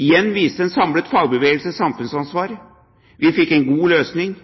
Igjen viste en samlet fagbevegelse samfunnsansvar. Vi fikk en god løsning.